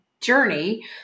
journey